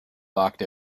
locked